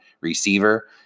receiver